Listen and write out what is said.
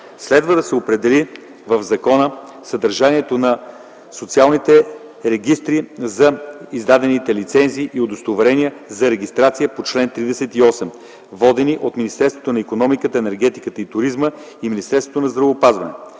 следва да се определи в закона съдържанието на специалните регистри за издадените лицензии и удостоверения за регистрация по чл. 38, водени от Министерството на икономиката, енергетиката и туризма и от Министерството на здравеопазването;